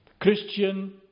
Christian